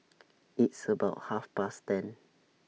its about Half Past ten